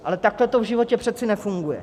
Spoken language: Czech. Ale takhle to v životě přece nefunguje.